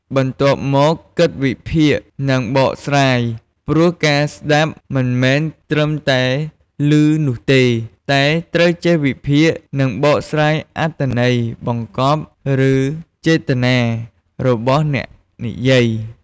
បន្ទាប់មកគិតវិភាគ និងបកស្រាយ ព្រោះការស្ដាប់មិនមែនត្រឹមតែឮនោះទេ តែត្រូវចេះវិភាគ និងបកស្រាយអត្ថន័យបង្កប់ ឬចេតនារបស់អ្នកនិយាយ។